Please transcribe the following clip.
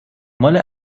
ماله